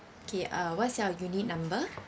K uh what's your unit number